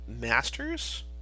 masters